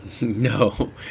No